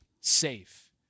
safe